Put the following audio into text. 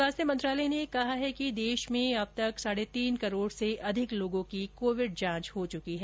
स्वास्थ्य मंत्रालय ने कहा है कि देश में अब तक साढे तीन करोड से अधिक लोगों की कोविड जांच की जा चुकी है